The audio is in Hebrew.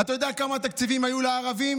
אתה יודע כמה תקציבים היו לערבים?